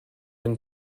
and